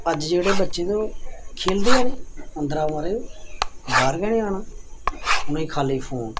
अज्ज जेह्ड़े बच्चे ओह् खेलदे गै निं अंदरा महाराज बाह्र गै निं आना उ'नेंगी खाल्ली फोन